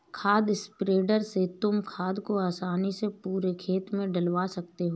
खाद स्प्रेडर से तुम खाद को आसानी से पूरे खेत में डलवा सकते हो